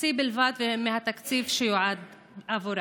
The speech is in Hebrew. כחצי בלבד מהתקציב שיועד עבורה,